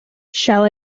shall